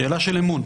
שאלה של אמון.